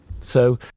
So-